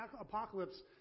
apocalypse